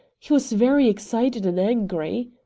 he was very excited and angry.